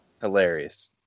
Hilarious